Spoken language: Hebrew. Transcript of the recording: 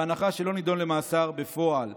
בהנחה שלא נידון למאסר בפועל,